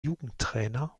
jugendtrainer